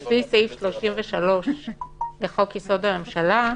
לפי סעיף 33 לחוק יסוד: הממשלה,